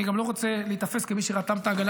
אני גם לא רוצה להיתפס כמי שרתם את העגלה